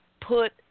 put